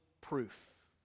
proof